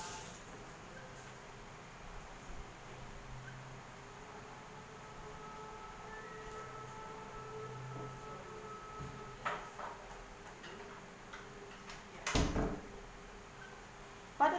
but the